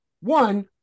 One